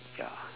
ya